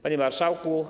Panie Marszałku!